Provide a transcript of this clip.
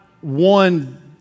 one